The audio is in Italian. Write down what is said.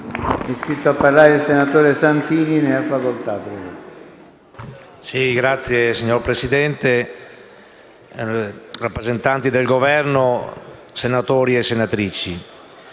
*(PD)*. Signor Presidente, rappresentanti del Governo, senatori e senatrici,